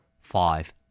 Five